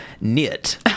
knit